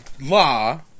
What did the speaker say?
law